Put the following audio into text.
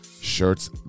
shirts